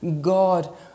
God